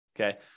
okay